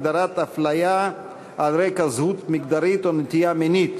הגדרת הפליה על רקע זהות מגדרית או נטייה מינית).